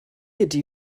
ydy